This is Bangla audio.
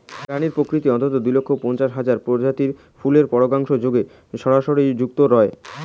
প্রাণী প্রকৃতির অন্ততঃ দুই লক্ষ পঞ্চাশ হাজার প্রজাতির ফুলের পরাগসংযোগে সরাসরি যুক্ত রয়